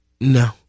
No